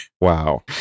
Wow